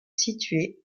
situé